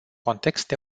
context